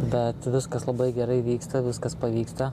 bet viskas labai gerai vyksta viskas pavyksta